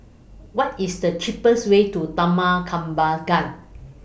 What IS The cheapest Way to Taman Kembangan